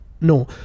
no